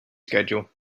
schedule